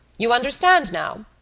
you understand now?